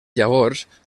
llavors